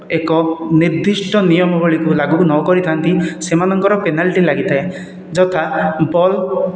ଏକ ନିର୍ଦ୍ଧିଷ୍ଟ ନିୟମବଳୀକୁ ଲାଘବ ନ କରିଥାନ୍ତି ସେମାନଙ୍କର ପେନାଲ୍ଟି ଲାଗିଥାଏ ଯଥା ବଲ୍